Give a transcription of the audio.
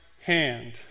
hand